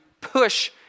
push